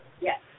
Yes